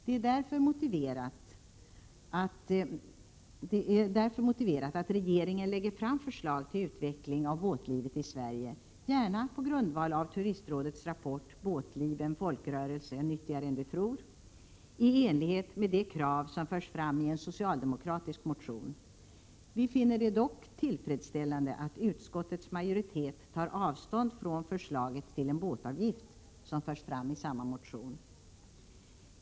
Det är därför motiverat att regeringen lägger fram förslag till utveckling av båtlivet i Sverige, gärna på grundval av Turistrådets rapport Båtliv — en folkrörelse, nyttigare än du tror — i enlighet med de krav som förs fram i en socialdemokratisk motion. Vi finner det dock tillfredsställande att utskottets majoritet tar avstånd från förslaget till en båtavgift, som förs fram i samma motion.